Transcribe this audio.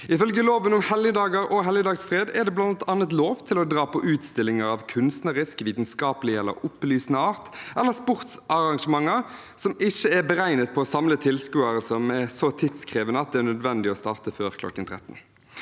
Ifølge loven om helligdager og helligdagsfred er det bl.a. lov til å dra på utstillinger av kunstnerisk, vitenskapelig eller opplysende art, eller sportsarrangementer som ikke er beregnet på å samle tilskuere, eller som er så tidkrevende at det er nødvendig å starte før kl. 13.